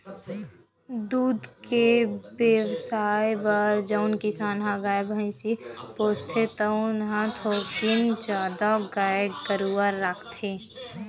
दूद के बेवसाय बर जउन किसान ह गाय, भइसी पोसथे तउन ह थोकिन जादा गाय गरूवा राखथे